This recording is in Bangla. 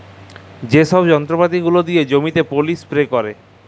যে ছব যল্তরপাতি গুলা দিয়ে জমিতে পলী ইস্পেরে ক্যারে